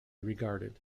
regarded